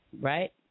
right